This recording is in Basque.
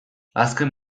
azken